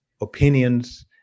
opinions